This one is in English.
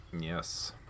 yes